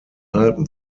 alpen